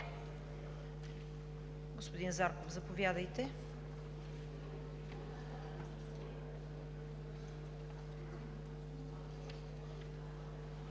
Господин Зарков, заповядайте.